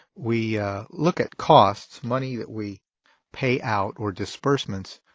we look at costs, money that we pay out or disbursements,